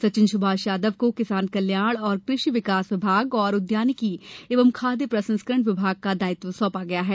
सचिन सुभाष यादव को किसान कल्याण तथा कृषि विकास विभाग और उद्यानिकी एवं खाद्य प्रसंस्करण विभाग का दायित्व सौंपा गया है